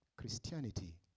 Christianity